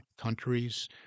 countries